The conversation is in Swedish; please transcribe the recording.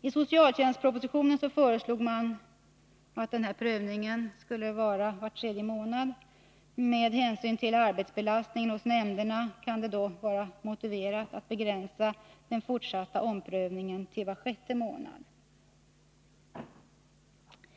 I socialtjänstspropositionen föreslogs en återkommande prövning var tredje månad. Med hänsyn till arbetsbelastningen hos nämnderna kan det dock vara motiverat att begränsa den fortsatta omprövningen till var sjätte månad.